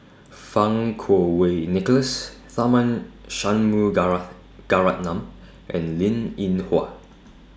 Fang Kuo Wei Nicholas Tharman and Linn in Hua